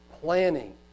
planning